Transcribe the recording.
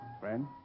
Friend